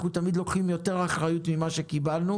אנחנו תמיד לוקחים יותר אחריות ממה שקיבלנו